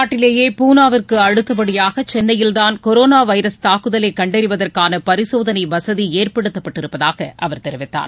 நாட்டிலேயே பூனாவிற்கு அடுத்தபடியாக சென்னையில் தான் கொரோனா வைரஸ் தாக்குதலை கண்டறிவதற்கான பரிசோதனை வசதி ஏற்படுத்தப்பட்டிருப்பதாக அவர் தெரிவித்தார்